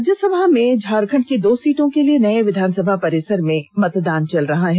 राज्यसभा में झारखंड की दो सीटों के लिए नए विधानसभा परिसर में मतदान चल रहा है